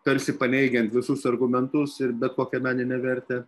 tarsi paneigiant visus argumentus ir bet kokią meninę vertę